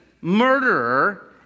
murderer